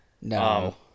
No